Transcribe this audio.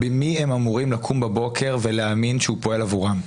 במי הם אמורים לקום בבוקר ולהאמין שהוא פועל עבורם?